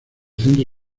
centro